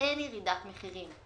אין ירידת מחירים.